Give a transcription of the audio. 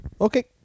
Okay